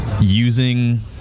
using